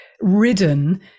ridden